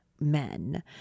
men